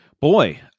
Boy